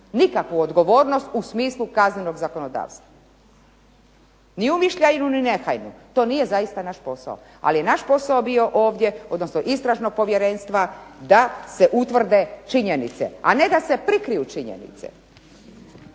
nikakvu odgovornost u smislu kaznenog zakonodavstva, ni umišljajnu, ni nehajnu, to nije zaista naš posao. Ali naš je posao bio ovdje, odnosno Istražnog povjerenstva da se utvrde činjenice, a ne da se prikriju činjenice.